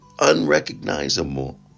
unrecognizable